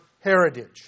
heritage